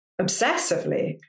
obsessively